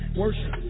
worship